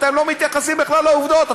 אתם לא מתייחסים בכלל לעובדות.